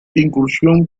incursión